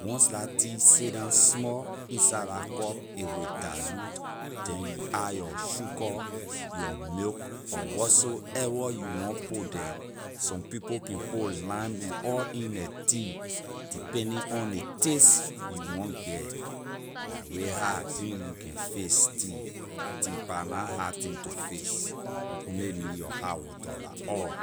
once la tea sit down small inside la cup a will dilute then you add your sugar your milk or whatsoever you want put there some people can put lime and all in their tea depending on ley taste you want get la way how I think you can fix tea, tea pah na hard thing to fix you only need your hot water la all.